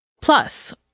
Plus